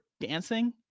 dancing